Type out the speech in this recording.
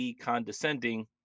condescending